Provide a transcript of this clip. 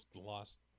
lost